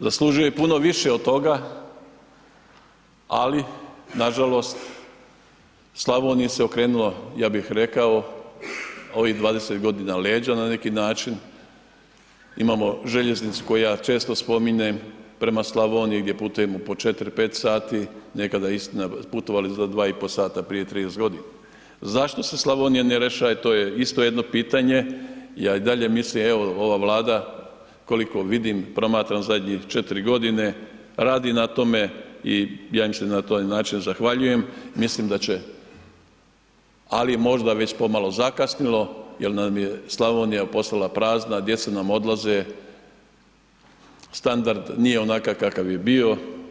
zaslužio je i puno više od toga, ali nažalost Slavoniji se okrenulo, ja bih rekao, ovih 20.g. leđa na neki način, imamo željeznicu koju ja često spominjem prema Slavoniji gdje putujemo po 4-5 sati, nekada istina putovali smo za 2 i po sata prije 30.g. Zašto se Slavonija ne rješaje to je isto jedno pitanje, ja i dalje mislim, evo ova Vlada koliko vidim, promatram zadnjih 4.g. radi na tome i ja im se na taj način zahvaljujem, mislim da će, ali je možda već pomalo zakasnilo jel nam je Slavonija postala prazna, djeca nam odlaze, standard nije onakav kakav je bio.